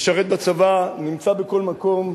משרת בצבא, נמצא בכל מקום,